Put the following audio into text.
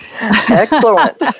Excellent